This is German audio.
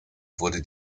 wurde